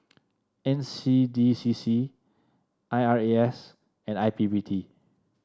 N C D C C I R A S and I P P T